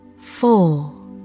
Four